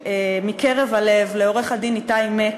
מקרב הלב לעורך-הדין איתי מק,